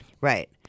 Right